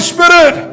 Spirit